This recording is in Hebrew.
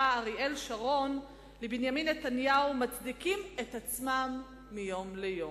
אריאל שרון לבנימין נתניהו מצדיקים את עצמם מיום ליום.